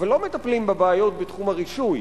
אבל לא מטפלים בבעיות בתחום הרישוי